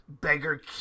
beggar